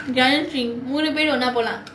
giant swing மூணு பேரு ஒண்ணா போலாம்:moonu peru onnaa polaam